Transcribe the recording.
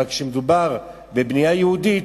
אבל כשמדובר בבנייה יהודית,